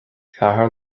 ceathair